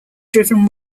driven